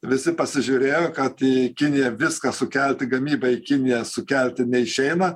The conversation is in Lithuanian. visi pasižiūrėjo kad į kiniją viską sukelti gamybą į kiniją sukelti neišeina